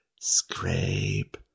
Scrape